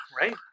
Right